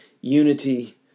unity